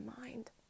mind